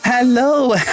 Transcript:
Hello